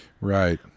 Right